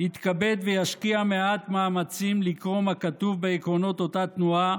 יתכבד וישקיע מעט מאמצים לקרוא מה כתוב בעקרונות אותה תנועה,